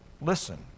listen